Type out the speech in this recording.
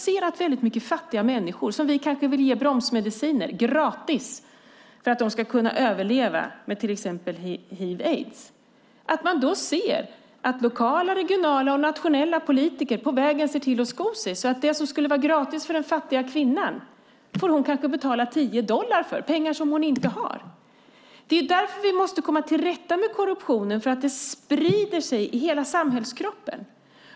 Det finns väldigt mycket fattiga människor som vi kanske vill ge gratis bromsmediciner till för att de ska kunna överleva med till exempel hiv och aids. Då ser man att lokala, regionala och nationella politiker på vägen ser till att sko sig, så att den fattiga kvinnan kanske får betala 10 dollar för det som skulle vara gratis för henne. Det är pengar som hon inte har. Det är därför vi måste komma till rätta med korruptionen. Den sprider sig i hela samhällskroppen.